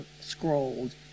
scrolled